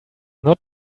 not